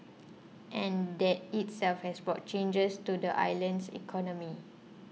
and that itself has brought changes to the island's economy